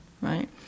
right